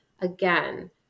again